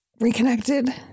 reconnected